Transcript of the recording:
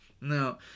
Now